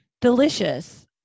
delicious